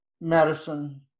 medicine